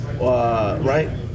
right